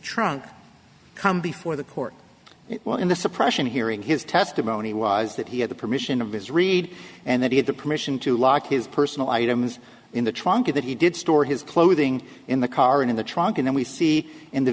trunk come before the court well in the suppression hearing his testimony was that he had the permission of his read and that he had the permission to lock his personal items in the trunk that he did store his clothing in the car in the trunk and then we see in the